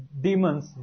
Demons